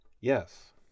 yes